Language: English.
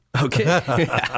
Okay